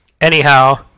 Anyhow